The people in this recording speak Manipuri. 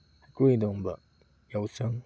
ꯍꯩꯀ꯭ꯔꯨ ꯍꯤꯗꯣꯡꯕ ꯌꯥꯎꯁꯪ